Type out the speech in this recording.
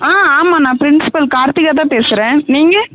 ஆ ஆமாம் நான் ப்ரின்ஸ்பல் கார்த்திகா தான் பேசுகிறேன் நீங்கள்